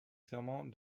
serment